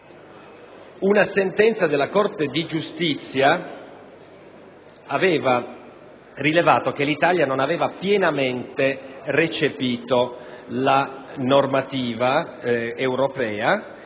Una sentenza della Corte di giustizia, infatti, aveva stabilito che l'Italia non aveva pienamente recepito la normativa europea